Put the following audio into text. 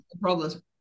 problems